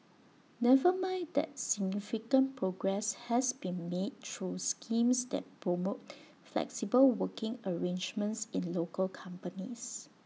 never mind that significant progress has been made through schemes that promote flexible working arrangements in local companies